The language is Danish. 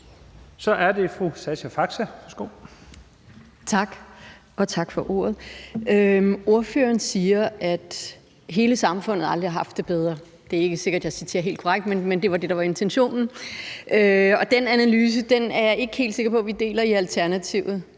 Kl. 11:53 Sascha Faxe (ALT): Tak, og tak for ordet. Ordføreren siger, at hele samfundet aldrig har haft det bedre. Det er ikke sikkert, jeg citerer helt korrekt, men det var det, der var intentionen. Den analyse er jeg ikke helt sikker på vi deler i Alternativet.